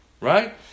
right